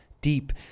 deep